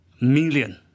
million